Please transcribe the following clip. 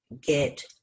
get